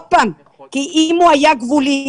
כי אם הוא היה גבולי,